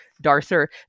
d'Arthur